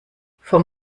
vom